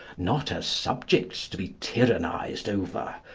not as subjects to be tyrannised over,